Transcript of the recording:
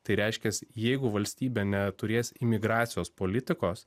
tai reiškias jeigu valstybė neturės imigracijos politikos